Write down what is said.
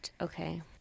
Okay